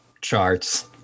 charts